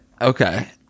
Okay